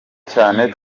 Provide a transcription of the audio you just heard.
cyane